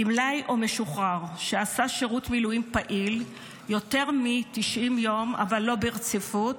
גמלאי או משוחרר שעשה שירות מילואים פעיל יותר מ-90 יום אבל לא ברציפות,